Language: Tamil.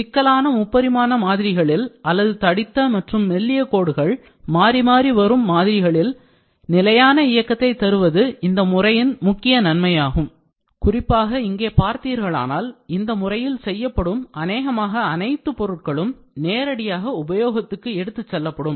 சிக்கலான முப்பரிமாண மாதிரிகளில் அல்லது தடித்த மற்றும் மெல்லிய கோடுகள் மாறி மாறி வரும் மாதிரிகளில் நிலையான இயக்கத்தை தருவது இந்த முறையின் முக்கிய நன்மையாகும் குறிப்பாக இங்கே பார்த்தீர்களானால் இந்த முறையில் செய்யப்படும் அனேகமாக அனைத்து பொருட்களும் நேரடியாக உபயோகத்துக்கு எடுத்துச்செல்லப்படும்